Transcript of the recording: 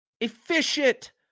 Efficient